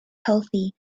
healthy